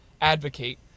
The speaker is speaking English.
advocate